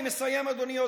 אני מסיים, אדוני,